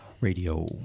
radio